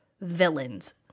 villains